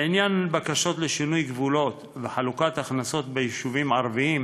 לעניין בקשות לשינוי גבולות וחלוקת הכנסות ביישובים ערביים,